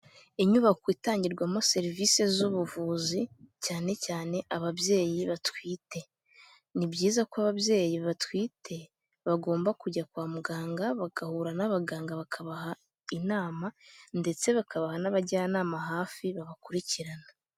Inyubako itangirwamo serivisi z'ubuvuzi, cyane cyane ababyeyi batwite. Ni byiza ko ababyeyi batwite bagomba kujya kwa muganga, bagahura n'abaganga bakabaha inama ndetse bakabaha n'abajyanama hafi babakurikirana.